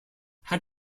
had